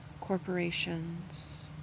corporations